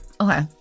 Okay